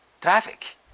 traffic